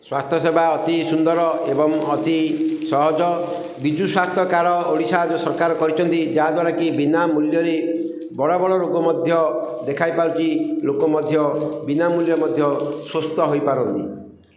ସ୍ୱାସ୍ଥ୍ୟ ସେବା ଅତି ସୁନ୍ଦର ଏବଂ ଅତି ସହଜ ବିଜୁ ସ୍ୱାସ୍ଥ୍ୟ କାର୍ଡ଼ ଓଡ଼ିଶା ସରକାର କରିଛନ୍ତି ଯାହାଦ୍ୱାରାକି ବିନା ମୂଲ୍ୟରେ ବଡ଼ ବଡ଼ ରୋଗ ମଧ୍ୟ ଦେଖାଇ ପାରୁଛି ଲୋକ ମଧ୍ୟ ବିନା ମୂଲ୍ୟରେ ମଧ୍ୟ ସୁସ୍ଥ ହୋଇପାରନ୍ତି